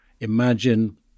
imagine